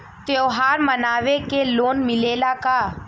त्योहार मनावे के लोन मिलेला का?